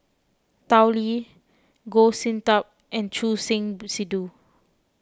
Tao Li Goh Sin Tub and Choor Singh Sidhu